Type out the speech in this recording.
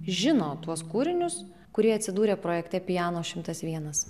žino tuos kūrinius kurie atsidūrė projekte piano šimtas vienas